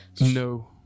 No